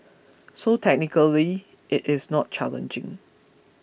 so technically it is not challenging